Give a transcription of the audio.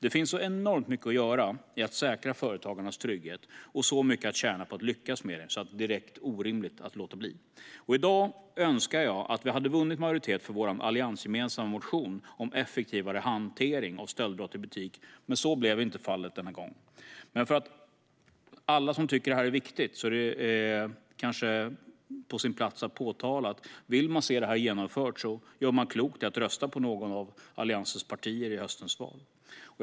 Det finns så enormt mycket att göra i fråga om att säkra företagarnas trygghet och så mycket att tjäna på att lyckas med det att det är direkt orimligt att låta bli. I dag önskar jag att vi hade vunnit majoritet för vår alliansgemensamma motion om effektivare hantering av stöldbrott i butik, men så blev inte fallet denna gång. Det är dock på sin plats att påpeka att alla som tycker att detta är viktigt och vill se det genomfört gör klokt i att rösta på något av Alliansens partier i höstens val.